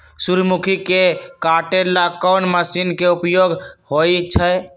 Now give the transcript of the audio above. सूर्यमुखी के काटे ला कोंन मशीन के उपयोग होई छइ?